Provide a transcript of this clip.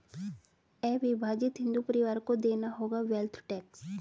अविभाजित हिंदू परिवारों को देना होगा वेल्थ टैक्स